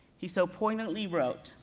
he so poignantly wrote,